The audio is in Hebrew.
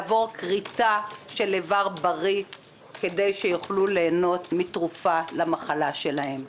לעבור כריתה של איבר בריא כדי שיוכלו ליהנות מתרופה למחלה שלהם.